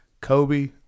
Kobe